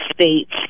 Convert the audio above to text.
States